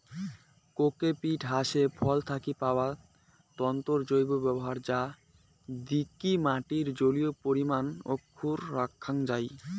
cocopeat হসে ফল থাকি পাওয়া তন্তুর জৈব ব্যবহার যা দিকি মাটির জলীয় পরিমান অক্ষুন্ন রাখাং যাই